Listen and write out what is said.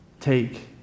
Take